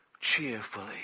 cheerfully